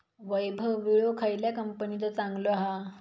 वैभव विळो खयल्या कंपनीचो चांगलो हा?